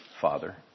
Father